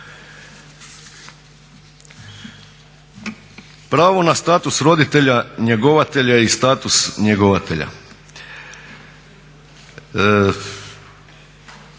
Pravo na status roditelja njegovatelja i status njegovatelja.